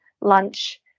lunch